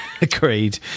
agreed